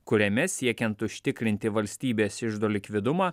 kuriame siekiant užtikrinti valstybės iždo likvidumą